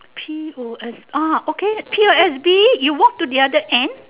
P O S ah okay P_O_S_B you walk to the other end